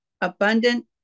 abundant